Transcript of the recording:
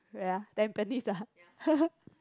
wait ah tampines ah